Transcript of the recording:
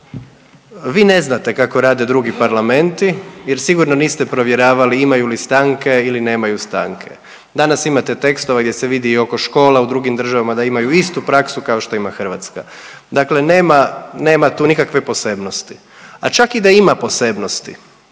vi ne znate kako rade drugi parlamenti jer sigurno niste provjeravali imaju li stanke ili nemaju stanke. Danas imate tekstova gdje se vidi i oko škola u drugim državama da imaju istu praksu kao što ima Hrvatska. Dakle nema tu nikakve posebnosti, a čak i da ima posebnosti,